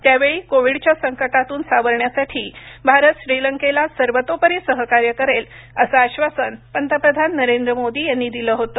त्यावेळी कोविडच्या संकटातून सावरण्यासाठी भारत श्रीलंकेला सर्वतोपरी सहकार्य करेल असं आश्वासन पंतप्रधान नरेंद्र मोदी यांनी दिलं होतं